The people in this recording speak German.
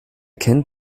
kennt